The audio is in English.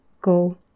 go